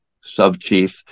sub-chief